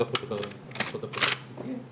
לא על מוסדות אחרים,